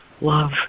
love